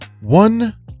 one